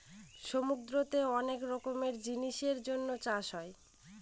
সমুদ্রতে অনেক রকমের জিনিসের জন্য চাষ হয়